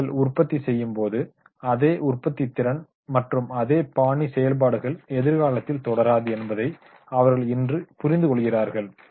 ஊழியர்கள் உற்பத்தி செய்யும் போது அதே உற்பத்தித்திறன் மற்றும் அதே பாணி செயல்பாடுகள் எதிர்காலத்தில் தொடராது என்பதை அவர்கள் இன்று புரிந்துகொள்கிறார்கள்